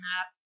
up